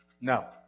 No